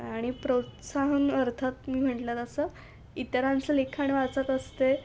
आणि प्रोत्साहन अर्थात मी म्हटलं तसं इतरांचं लिखाण वाचत असते